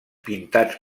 pintats